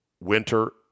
winter